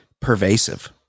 Pervasive